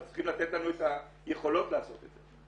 אבל צריכים לתת לנו את היכולות לעשות את זה.